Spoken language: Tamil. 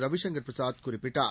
ரவிசங்கர் பிரசாத் குறிப்பிட்டார்